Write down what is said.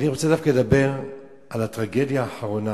אני רוצה דווקא לדבר על הטרגדיה האחרונה,